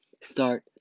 start